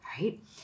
right